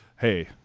Hey